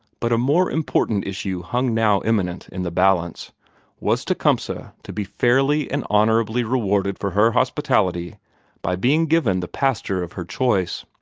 but a more important issue hung now imminent in the balance was tecumseh to be fairly and honorably rewarded for her hospitality by being given the pastor of her choice?